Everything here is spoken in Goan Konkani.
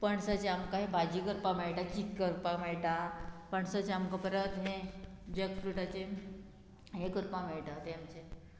पणसाचे आमकां भाजी करपाक मेळटा चीक करपाक मेळटा पणसाचें आमकां परत हें जग फ्रुटाचें हें करपा मेळटा तें आमचें